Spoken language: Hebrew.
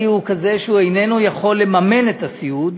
הוא כזה שהוא איננו יכול לממן את הסיעוד,